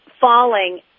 falling